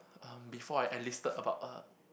um before I enlisted about uh